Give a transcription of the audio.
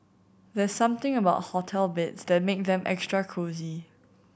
there's something about hotel beds that make them extra cosy